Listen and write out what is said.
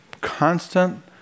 constant